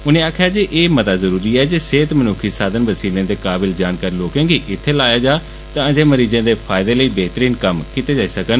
उनें आक्खेआ जे एह मता जरूरी ऐ जे बेहतर मनुक्खी साधन बसीले ते काबिल जानकार लोकें गी इत्थें लाया जा तां जे मरीजें दे फायदे लेई बेहतरीन कम्म करी सकन